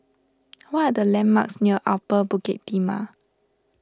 what are the landmarks near Upper Bukit Timah